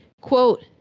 quote